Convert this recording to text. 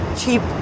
cheap